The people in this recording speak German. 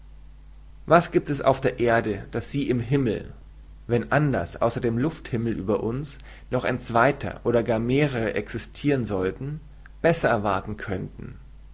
was giebt es auf der erde das sie im himmel wenn anders außer dem lufthimmel über uns noch ein zweiter oder gar mehrere existiren sollten besser erwarten könnten